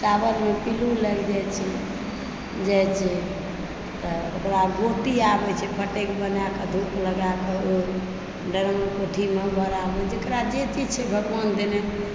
चावलमे पिल्लू लागि जाए छै जै छै तऽ ओकरा गोटी आबए छै फटकि बनाके धूप लगाएकऽ ओ देलहुँ कोठीमे बरार जेकरा जे चीज छै घरमे भगवान देने